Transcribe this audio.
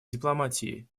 дипломатии